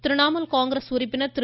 திரிணாமுல் காங்கிரஸ் உறுப்பினர் திரு